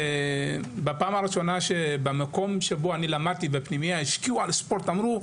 במקום שבו למדתי, בפנימייה, השקיעו בספורט, אמרו: